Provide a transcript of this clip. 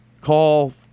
call